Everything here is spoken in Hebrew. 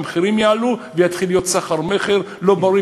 המחירים יעלו ויתחיל להיות סחר-מכר לא בריא,